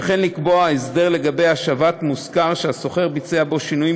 וכן לקבוע הסדר לגבי השבת מושכר שהשוכר ביצע בו שינויים,